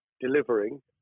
delivering